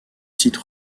site